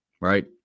right